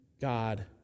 God